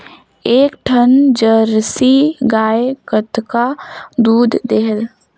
एक ठन जरसी गाय कतका दूध देहेल?